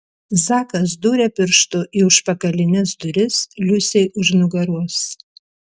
zakas dūrė pirštu į užpakalines duris liusei už nugaros